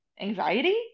anxiety